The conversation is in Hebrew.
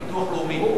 ביטוח לאומי.